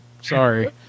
Sorry